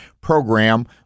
program